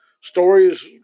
Stories